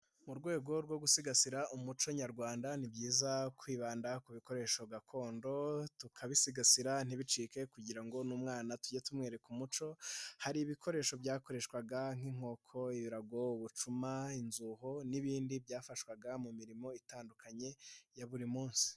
Mu rwego rwo gusigasira umuco nyarwanda ni byiza kwibanda ku bikoresho gakondo tukabisigasira ntibicike kugira ngo n'umwana tujye tumwereka umuco, hari ibikoresho byakoreshwaga nk'inkoko, ibirago, ubicuma, inzuho n'ibindi byafashwaga mu mirimo itandukanye ya buri munsi.